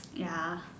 ya